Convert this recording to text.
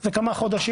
זה כמה חודשים.